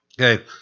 Okay